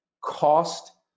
cost